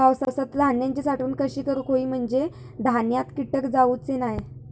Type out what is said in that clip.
पावसात धान्यांची साठवण कशी करूक होई म्हंजे धान्यात कीटक जाउचे नाय?